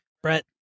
Brett